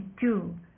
two